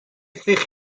سیخ